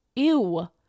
ew